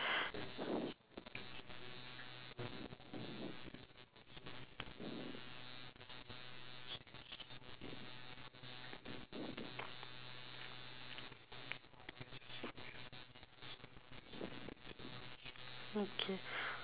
okay